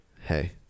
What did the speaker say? Hey